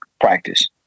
practice